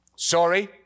sorry